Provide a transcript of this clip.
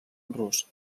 rus